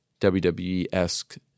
WWE-esque